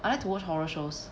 I like to watch horror shows